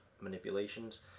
manipulations